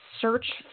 search